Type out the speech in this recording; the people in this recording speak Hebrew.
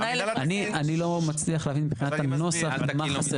אני לא מצליח להבין, מבחינת הנוסח, מה חסר.